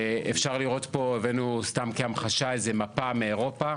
הבאנו סתם כהמחשה איזו מפה מאירופה